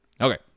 Okay